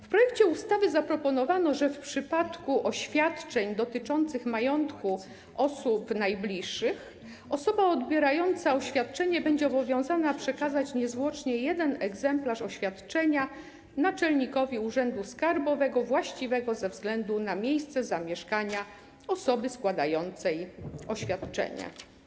W projekcie ustawy zaproponowano, że w przypadku oświadczeń dotyczących majątku osób najbliższych osoba odbierająca oświadczenie będzie obowiązana przekazać niezwłocznie jeden egzemplarz oświadczenia naczelnikowi urzędu skarbowego właściwego ze względu na miejsce zamieszkania osoby składającej oświadczenie.